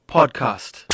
Podcast